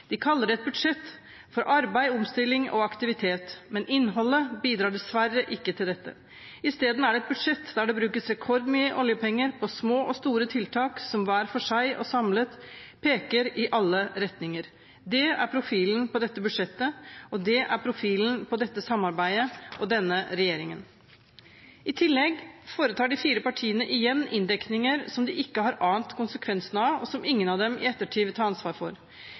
De kaller det «et budsjett for arbeid, omstilling og aktivitet», men innholdet bidrar dessverre ikke til dette. Isteden er det et budsjett der det brukes rekordmye oljepenger på små og store tiltak som hver for seg og samlet peker i alle retninger. Det er profilen på dette budsjettet, og det er profilen på dette samarbeidet og denne regjeringen. I tillegg foretar de fire partiene igjen inndekninger som de ikke har ant konsekvensene av, og som ingen av dem i ettertid vil ta ansvar for.